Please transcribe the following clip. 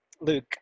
Luke